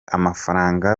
amafaranga